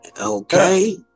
Okay